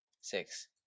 six